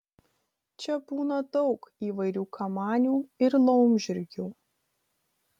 čia būna daug įvairių kamanių ir laumžirgių